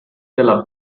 della